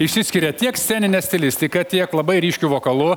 išsiskiria tiek scenine stilistika tiek labai ryškiu vokalu